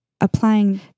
applying